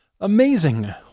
Amazing